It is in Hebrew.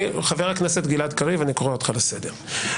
חבר הכנסת גלעד קריב, אני קורא אותך לסדר.